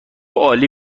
عالی